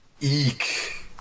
Eek